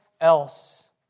else